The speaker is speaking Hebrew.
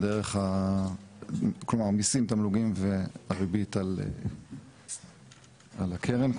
תמלוגים והריבית על הקרן,